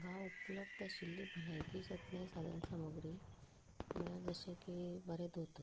हांगा उपलब्ध आशिल्ली भलायकी जतनाय साधन सामुग्री म्हणल्यार अशे की बरे दोतोर